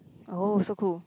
oh so cool